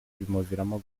bimuviramo